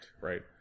right